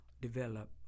develop